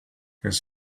his